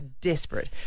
desperate